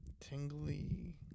tingly